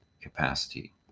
capacity